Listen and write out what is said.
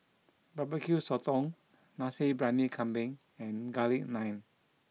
Barbecue Sotong Nasi Briyani Kambing and Garlic Naan